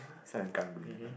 start with karang guni man lah